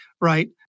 right